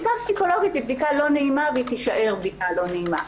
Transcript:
בדיקה גניקולוגית היא בדיקה לא נעימה והיא תישאר בדיקה לא נעימה.